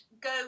go